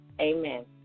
Amen